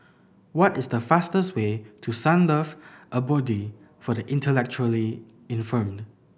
what is the fastest way to Sunlove Abode for the Intellectually Infirmed